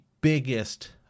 biggest